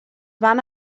van